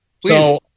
please